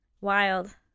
wild